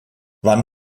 wann